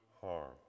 harm